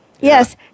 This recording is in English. Yes